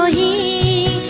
ah e